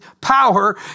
power